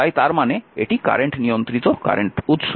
তাই তার মানে এটি কারেন্ট নিয়ন্ত্রিত কারেন্ট উৎস